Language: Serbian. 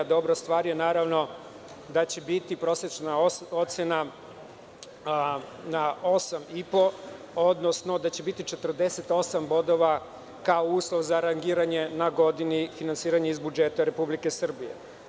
Dobra stvar je, naravno, da će biti prosečna ocena 8,5, odnosno da će 48 biti bodova uslov za rangiranje na godini finansiranje iz budžeta Republike Srbije.